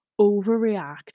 overreact